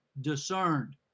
discerned